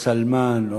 או סלמן,